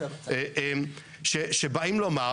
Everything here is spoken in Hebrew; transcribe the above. שבאים לומר: